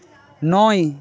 নয়